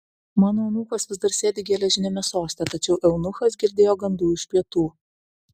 mano anūkas vis dar sėdi geležiniame soste tačiau eunuchas girdėjo gandų iš pietų